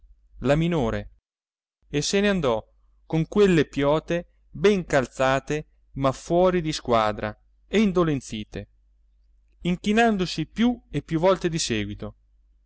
la minore e se ne andò con quelle piote ben calzate ma fuori di squadra e indolenzite inchinandosi più e più volte di seguito